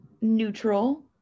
neutral